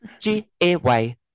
G-A-Y